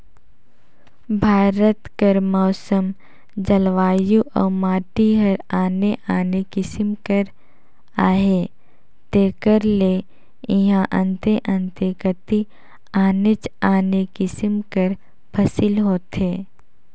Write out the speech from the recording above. भारत कर मउसम, जलवायु अउ माटी हर आने आने किसिम कर अहे तेकर ले इहां अन्ते अन्ते कती आनेच आने किसिम कर फसिल होथे